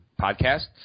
podcast